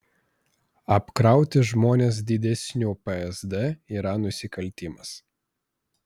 apkrauti žmones didesniu psd yra nusikaltimas